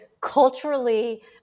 culturally